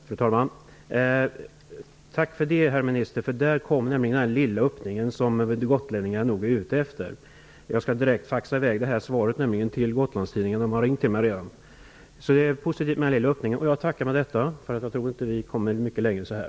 Fru talman! Tack för det, herr minister! Där kom den lilla öppning som gotlänningarna nog är ute efter. Jag skall direkt faxa i väg detta svar till Gotlandstidningarna, som redan har ringt till mig om detta. Det var en positiv öppning. Jag tror inte att vi kommer mycket längre än så här.